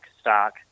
stock